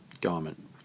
garment